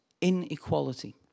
inequality